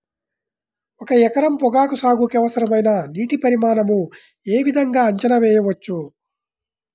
ఒక ఎకరం పొగాకు సాగుకి అవసరమైన నీటి పరిమాణం యే విధంగా అంచనా వేయవచ్చు?